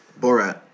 Borat